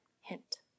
hint